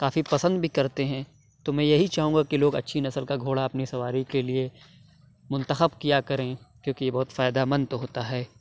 کافی پسند بھی کرتے ہیں تو میں یہی چاہوں گا کہ لوگ اچھی نسل کا گھوڑا اپنی سواری کے لیے منتخب کیا کریں کیونکہ یہ بہت فائدہ مند تو ہوتا ہے